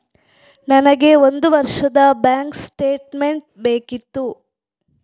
ನನಗೆ ಒಂದು ವರ್ಷದ ಬ್ಯಾಂಕ್ ಸ್ಟೇಟ್ಮೆಂಟ್ ಬೇಕಿತ್ತು